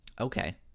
Okay